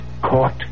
caught